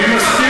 אתם,